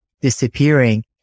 disappearing